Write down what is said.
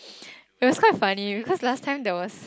it was quite funny cause last time there was